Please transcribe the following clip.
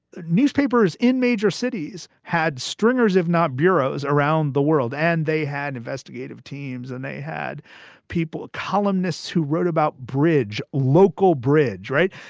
newspapers in major cities had stringers, if not bureaus around the world. and they had investigative teams and they had people, columnists who wrote about bridge, local bridge. right.